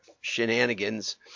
shenanigans